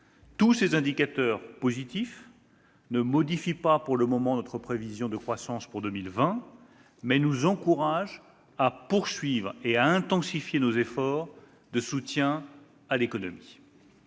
Tous ces indicateurs positifs ne modifient pas pour le moment notre prévision de croissance pour 2020, mais ils nous encouragent à poursuivre et à intensifier nos efforts de soutien à l'économie.